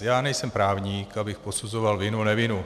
Já nejsem právník, abych posuzoval vinu, nevinu.